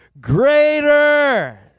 greater